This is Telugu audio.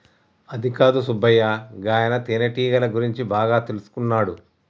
అదికాదు సుబ్బయ్య గాయన తేనెటీగల గురించి బాగా తెల్సుకున్నాడు